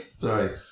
Sorry